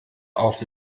auf